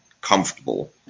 comfortable